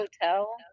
hotel